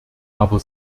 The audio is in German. aber